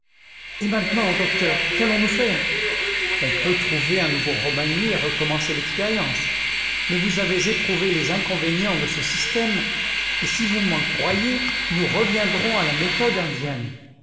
et maintenant docteur qu'allons-nous faire on peut trouver un nouveau romagné et recommencer l'expérience mais vous avez éprouvé les inconvénients de ce système et si vous m'en croyez nous reviendrons à la méthode indienne